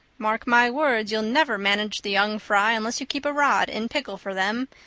mark my words, you'll never manage the young fry unless you keep a rod in pickle for them.